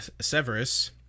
Severus